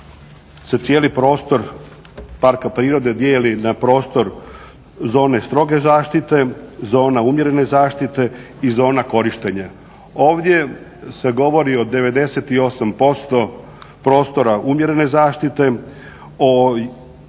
cijeli prostor parka prirode dijeli na prostor zone stroge zaštite, zona umjerene zaštite i zona korištenja. Ovdje se govori o 98% prostora umjerene zaštite, o